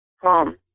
home